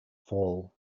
fall